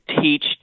teach